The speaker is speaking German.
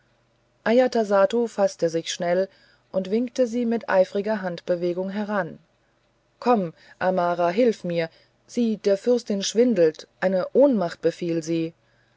ajatasattu faßte sich schnell und winkte sie mit eifriger handbewegung heran komm amara hilf mir sieh der fürstin schwindelt eine ohnmacht befiel sie